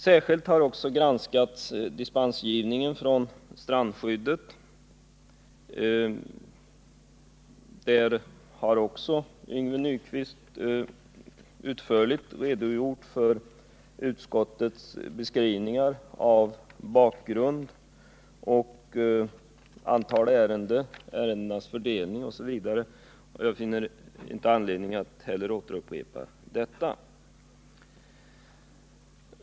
Särskilt har också dispensgivningen från strandskyddet granskats. Även här har Yngve Nyquist utförligt redogjort för utskottets beskrivningar av bakgrund, antal ärenden, ärendenas fördelning osv. Jag finner inte heller anledning att återupprepa detta.